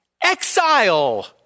Exile